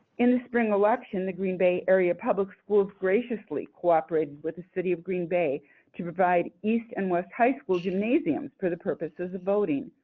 in the spring election, the green bay area public schools graciously cooperated with the city of green bay to provide east and west high school gymnasiums for the purposes of voting.